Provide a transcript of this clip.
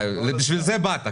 בשביל זה באת.